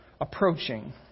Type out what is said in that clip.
approaching